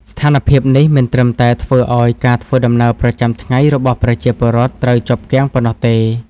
ស្ថានភាពនេះមិនត្រឹមតែធ្វើឱ្យការធ្វើដំណើរប្រចាំថ្ងៃរបស់ប្រជាពលរដ្ឋត្រូវជាប់គាំងប៉ុណ្ណោះទេ។